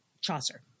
Chaucer